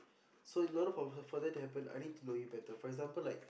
so in order for her for that to happen I need to know you better for example like